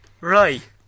Right